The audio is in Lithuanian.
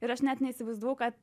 ir aš net neįsivaizdavau kad